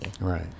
Right